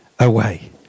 away